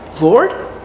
Lord